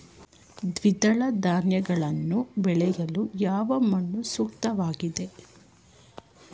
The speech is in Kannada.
ದ್ವಿದಳ ಧಾನ್ಯಗಳನ್ನು ಬೆಳೆಯಲು ಯಾವ ಮಣ್ಣು ಸೂಕ್ತವಾಗಿದೆ?